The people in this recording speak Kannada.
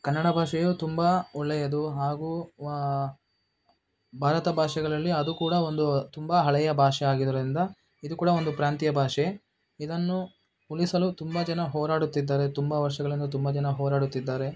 ಕನ್ನಡ ಭಾಷೆಯು ತುಂಬ ಒಳ್ಳೆಯದು ಹಾಗೂ ಭಾರತ ಭಾಷೆಗಳಲ್ಲಿ ಅದು ಕೂಡ ಒಂದು ತುಂಬ ಹಳೆಯ ಭಾಷೆ ಆಗಿರೋದ್ರಿಂದ ಇದು ಕೂಡ ಒಂದು ಪ್ರಾಂತೀಯ ಭಾಷೆ ಇದನ್ನು ಉಳಿಸಲು ತುಂಬ ಜನ ಹೋರಾಡುತ್ತಿದ್ದಾರೆ ತುಂಬ ವರ್ಷಗಳಿಂದ ತುಂಬ ಜನ ಹೋರಾಡುತ್ತಿದ್ದಾರೆ